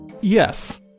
Yes